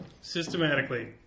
systematically